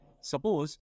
Suppose